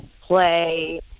play